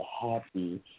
happy